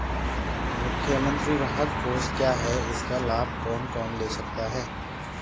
मुख्यमंत्री राहत कोष क्या है इसका लाभ कौन कौन ले सकता है?